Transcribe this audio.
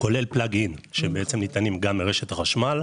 כולל פלג אין, שבעצם נטענים גם לרשת החשמל.